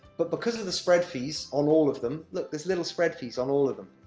but because of the spread fees, on all of them look, there's little spread fees on all of them,